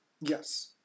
Yes